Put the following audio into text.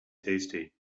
tasty